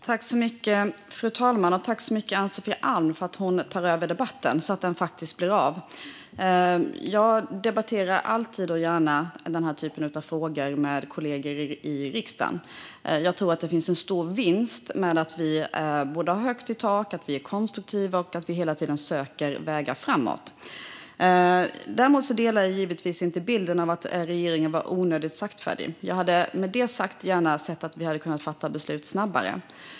Fru talman! Jag tackar Ann-Sofie Alm för att hon kan delta i debatten i stället för interpellanten, så att debatten faktiskt blir av. Jag debatterar alltid och gärna denna typ av frågor med kollegor i riksdagen. Jag tror att det finns en stor vinst med att vi har högt i tak, att vi är konstruktiva och att vi hela tiden söker vägar framåt. Däremot delar jag givetvis inte bilden av att regeringen var onödigt saktfärdig. Jag hade med detta sagt gärna sett att vi hade kunnat fatta beslut snabbare.